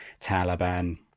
Taliban